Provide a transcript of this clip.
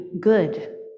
good